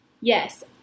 Yes